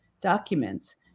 documents